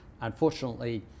unfortunately